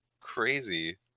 crazy